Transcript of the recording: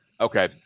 Okay